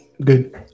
good